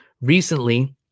recently